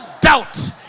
doubt